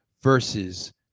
versus